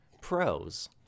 Pros